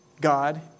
God